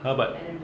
!huh! but